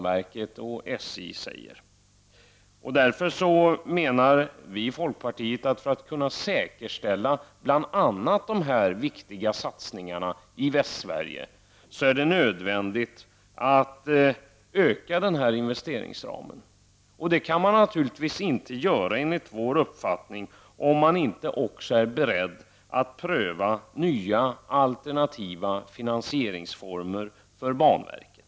Vi i folkpartiet menar därför att det är nödvändigt att höja investeringsramen för att dessa viktiga satsningar i Västsverige skall kunna säkerställas. Enligt vår uppfattning kan man naturligtvis inte göra detta om man inte också är beredd att pröva nya alternativa finansieringsformer för banverket.